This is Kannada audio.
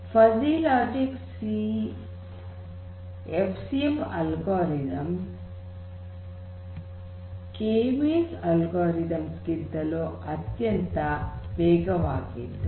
fuzzy logic F C M algorithms K means algorithms ಗಿಂತಲೂ ಅತ್ಯಂತ ವೇಗವಾದದ್ದು